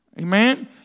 Amen